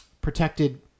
protected